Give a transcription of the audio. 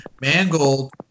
Mangold